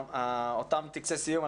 אותם טקסי סיום,